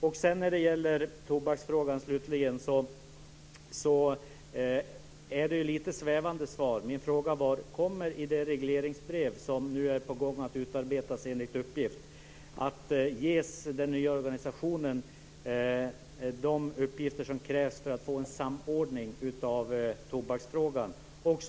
När det sedan gäller tobaksfrågan tycker jag att svaret var lite svävande. Min fråga var: Kommer den nya organisationen att ges de uppgifter som krävs för att få en samordning av tobaksfrågan i det regleringsbrev som nu håller på att utarbetas enligt uppgift?